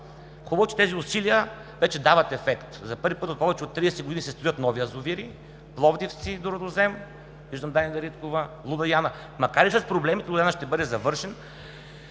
Хубаво е, че тези усилия вече дават ефект. За първи път от повече от 30 години се строят нови язовири – „Пловдивци“ до Рудозем, виждам Дани Дариткова, „Луда Яна“. Макар и с проблеми „Луда Яна“ ще бъде завършен